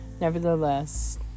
Nevertheless